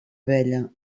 abella